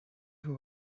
who